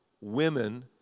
women